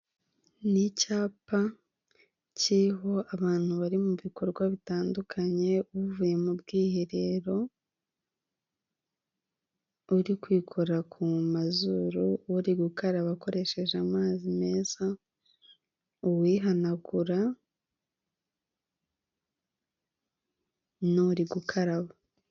N'icyapa kiriho abantu bari mu bikorwa bitandukanye, uvuye mu bwiherero, uri kwikora ku mazuru uri gukaraba akoresheje amazi meza, uwihanagura nuri gukaraba.